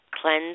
Cleanse